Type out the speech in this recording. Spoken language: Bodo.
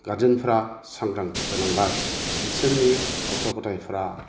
गारजेनफ्रा सांग्रांथि गोनांलाय बिसोरनि गथ' गथायफ्रा